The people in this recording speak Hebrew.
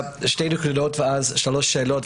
שתי נקודות ואז שלוש נקודות,